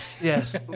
yes